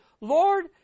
Lord